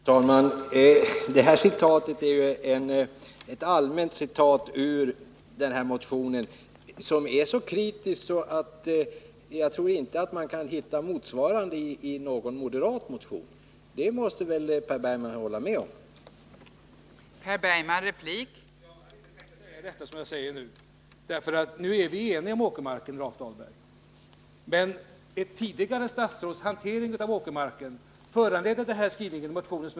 Fru talman! Jag hade inte tänkt säga det jag nu kommer att säga. Vi är ju eniga när det gäller frågan om åkermarken, Rolf Dahlberg. Men ett tidigare statsråds hantering av denna fråga föranledde den här skrivningen i motionen som inte bara jag har formulerat. Men den saken är glömd nu.